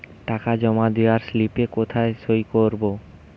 টাকা জমা দেওয়ার স্লিপে কোথায় সই করব?